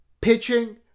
pitching